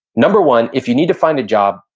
number one, if you need to find a job,